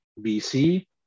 BC